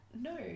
no